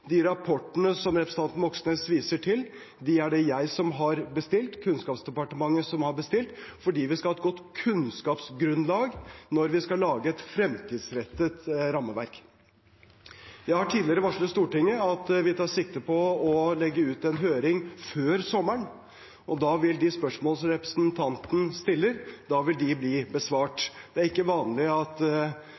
De rapportene som representanten Moxnes viser til, er det Kunnskapsdepartementet som har bestilt, fordi vi skal ha et godt kunnskapsgrunnlag når vi skal lage et fremtidsrettet rammeverk. Jeg har tidligere varslet Stortinget om at vi tar sikte på å legge ut en høring før sommeren, og da vil de spørsmålene som representanten stiller, bli besvart. Det er ikke vanlig at